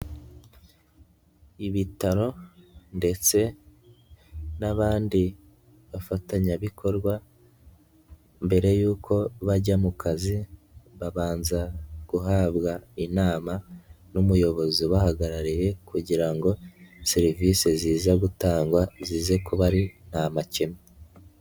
Ibitaro ndetse n'abandi bafatanyabikorwa, mbere yuko bajya mu kazi, babanza guhabwa inama n'umuyobozi ubahagarariye kugira ngo serivisi ziza gutangwa, zize kuba ntamakemwa.